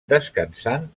descansant